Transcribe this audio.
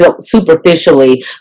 superficially